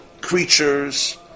creatures